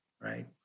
right